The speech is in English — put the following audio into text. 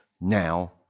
now